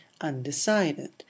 undecided